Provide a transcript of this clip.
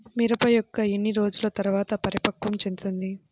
మిరప మొక్క ఎన్ని రోజుల తర్వాత పరిపక్వం చెందుతుంది?